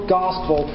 gospel